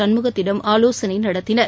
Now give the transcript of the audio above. சண்முகத்திடம் ஆலோசனைநடத்தினர்